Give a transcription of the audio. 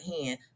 hand